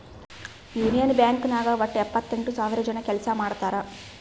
union Bank ನಾಗ್ ವಟ್ಟ ಎಪ್ಪತ್ತೆಂಟು ಸಾವಿರ ಜನ ಕೆಲ್ಸಾ ಮಾಡ್ತಾರ್